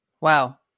wow